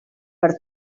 per